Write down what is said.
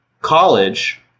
college